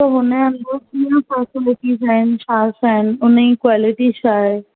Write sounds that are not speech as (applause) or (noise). त हुन जा (unintelligible) फैसिलिटीस आहिनि छा छा आहिनि उन जी कुआलिटी छा आहे